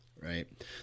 Right